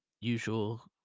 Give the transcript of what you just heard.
usual